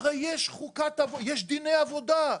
הרי יש דיני עבודה,